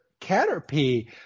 Caterpie